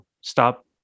stop